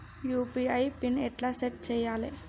UPI PIN ఎట్లా set చేయాలే?